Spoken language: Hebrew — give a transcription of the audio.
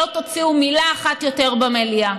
לא תוציאו מילה אחת יותר במליאה.